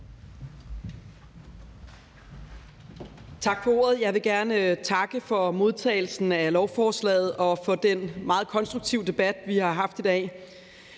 Tak for ordet. Jeg vil gerne takke for modtagelsen af lovforslaget og for den meget konstruktive debat, vi har haft i dag.